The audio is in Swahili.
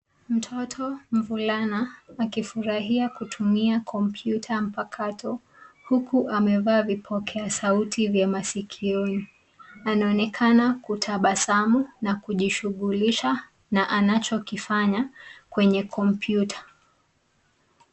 Mtoto mvulana akifurahia kutumia kompyuta mpakato huku amevaa vipokea sauti vya masikioni. Anaonekana kutabasamu na kujishughulisha na anachokifanya kwenye kompyuta.